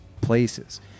places